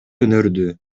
өнөрдү